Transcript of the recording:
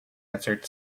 answered